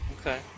Okay